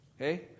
okay